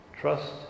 trust